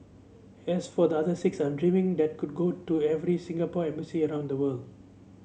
as for the other six I'm dreaming that could go to every Singapore embassy around the world